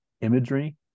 imagery